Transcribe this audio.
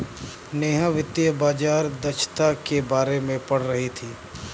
नेहा वित्तीय बाजार दक्षता के बारे में पढ़ रही थी